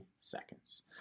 seconds